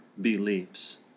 believes